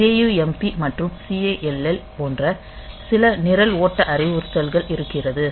JUMP மற்றும் CALL போன்ற சில நிரல் ஓட்ட அறிவுறுத்தல்கள் இருக்கிறது